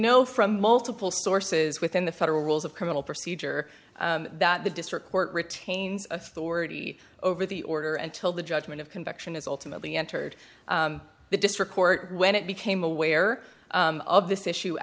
know from multiple sources within the federal rules of criminal procedure that the district court retains authority over the order until the judgment of conviction is ultimately entered the district court when it became aware of this issue